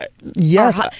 Yes